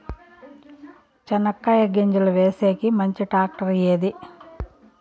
చెనక్కాయ గింజలు వేసేకి మంచి టాక్టర్ ఏది?